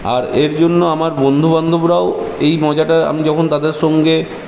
আর এর জন্য আমার বন্ধু বান্ধবরাও এই মজাটা আমি যখন তাদের সঙ্গে